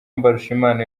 mbarushimana